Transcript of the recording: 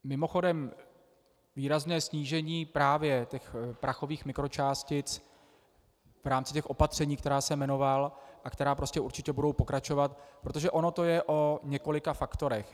Mimochodem, výrazné snížení právě těch prachových mikročástic v rámci opatření, která jsem jmenoval a která určitě budou pokračovat protože ono to je o několika faktorech.